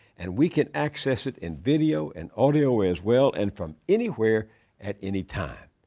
and we can access it in video and audio as well, and from anywhere at any time.